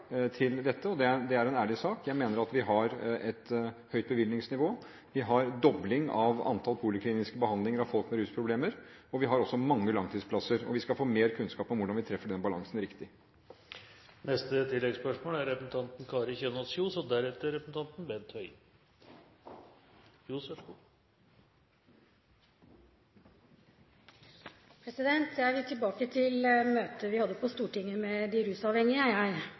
til dette. Det er en ærlig sak. Jeg mener at vi har et høyt bevilgningsnivå. Vi har en dobling når det gjelder poliklinisk behandling av folk med rusproblemer, og vi har også mange langtidsplasser. Vi skal få mer kunnskap om hvordan vi treffer den balansen riktig. Kari Kjønaas Kjos – til neste oppfølgingsspørsmål. Jeg vil tilbake til møtet vi hadde på Stortinget med de rusavhengige.